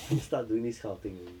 to start doing this kind of thing already